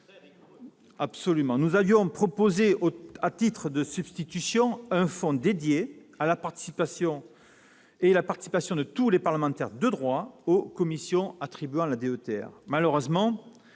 rigoureux ! Nous avions proposé, à titre de substitution, un fonds dédié et la participation de tous les parlementaires, de droit, aux commissions attribuant la DETR,